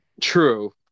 True